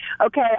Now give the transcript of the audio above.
okay